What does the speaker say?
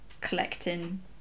collecting